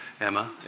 Emma